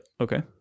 Okay